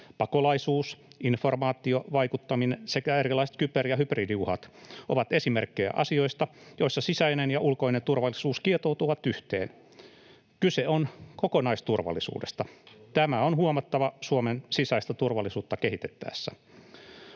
Pakolaisuus, informaatiovaikuttaminen sekä erilaiset kyber- ja hybridiuhat ovat esimerkkejä asioista, joissa sisäinen ja ulkoinen turvallisuus kietoutuvat yhteen. Kyse on kokonaisturvallisuudesta. Tämä on huomattava Suomen sisäistä turvallisuutta kehitettäessä.